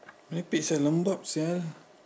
merepek sia lembab sia